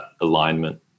alignment